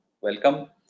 Welcome